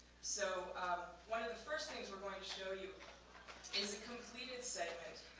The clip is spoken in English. so one of the first things we're going to show you is a completed segment